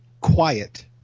quiet